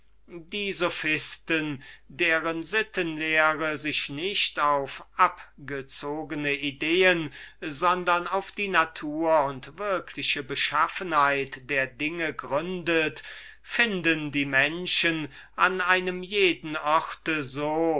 die sophisten deren sittenlehre sich nicht auf abstrakte ideen sondern auf die natur und wirkliche beschaffenheit der dinge gründet finden die menschen an einem jeden ort so